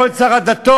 יכול להיות שר הדתות,